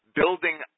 building